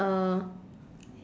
uh